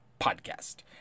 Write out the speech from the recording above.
Podcast